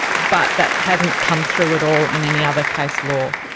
but that hadn't come through at all in any other case law.